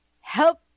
Help